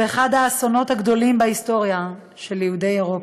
ואחד האסונות הגדולים של יהודי אירופה.